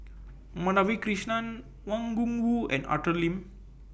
Madhavi Krishnan Wang Gungwu and Arthur Lim